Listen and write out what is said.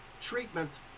treatment